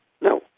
No